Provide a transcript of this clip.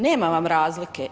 Nema vam razlike.